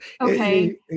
Okay